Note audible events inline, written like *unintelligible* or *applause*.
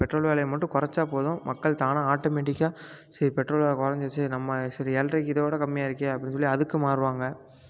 petrol விலைய மட்டும் கொறைச்சா போதும் மக்கள் தானாக ஆட்டோமெட்டிக்காக சரி பெட்ரோல் வெலை கொறைஞ்சிருச்சி நம்ம *unintelligible* எலெட்ரிக் இதோட கம்மியாக இருக்கே அப்படினு சொல்லி அதுக்கு மாறுவாங்க